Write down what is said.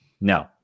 No